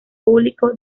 público